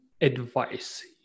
advice